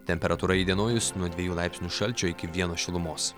temperatūra įdienojus nuo dviejų laipsnių šalčio iki vieno šilumos